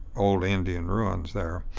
old indian ruins there.